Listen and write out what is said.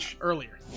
earlier